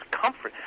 comfort